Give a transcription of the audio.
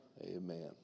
Amen